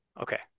Okay